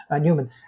Newman